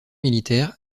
militaires